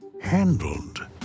handled